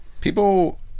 People